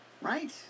right